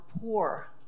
poor